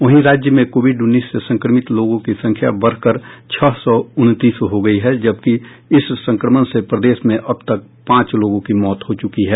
वहीं राज्य में कोविड उन्नीस से संक्रमित लोगों की संख्या बढ़कर छह सौ उनतीस हो गई है जबकि इस संक्रमण से प्रदेश में अब तक पांच लोगों की मौत हो चुकी है